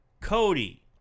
Cody